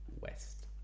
West